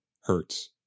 hurts